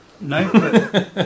No